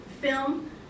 film